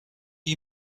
you